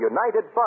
United